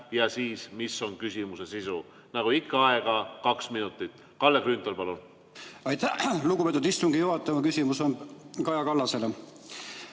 ja siis, mis on küsimuse sisu. Nagu ikka, aega on kaks minutit. Kalle Grünthal, palun! Aitäh, lugupeetud istungi juhataja! Mu küsimus on Kaja Kallasele.